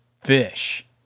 fish